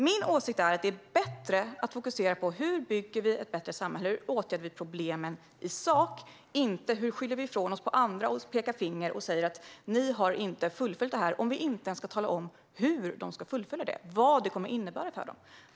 Min åsikt är att det är bättre att fokusera på hur vi bygger ett bättre samhälle och åtgärdar problemen i sak än på hur vi ska skylla ifrån oss på andra, peka finger och säga att de inte har fullföljt detta, om vi inte ens ska tala om hur de ska fullfölja det och vad det kommer att innebära för dem.